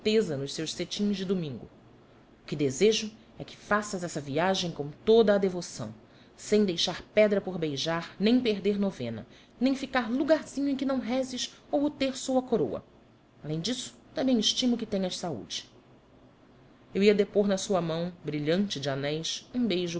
tesa nos seus cetins de domingo o que desejo é que faças essa viagem com toda a devoção sem deixar pedra por beijar nem perder novena nem ficar lugarzinho em que não rezes ou o terço ou a coroa além disso também estimo que tenhas saúde eu ia depor na sua mão brilhante de anéis um beijo